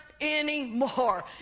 anymore